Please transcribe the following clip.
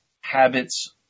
habits